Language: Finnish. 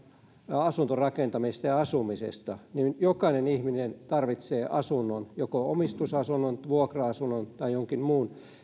asuntorakentamisesta ja asumisesta niin jokainen ihminen tarvitsee asunnon joko omistusasunnon vuokra asunnon tai jonkin muun